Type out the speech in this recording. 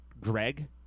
Greg